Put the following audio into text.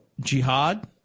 jihad